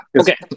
okay